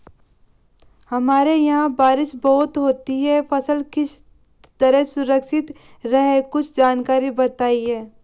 हमारे यहाँ बारिश बहुत होती है फसल किस तरह सुरक्षित रहे कुछ जानकारी बताएं?